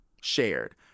shared